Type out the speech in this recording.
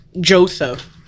Joseph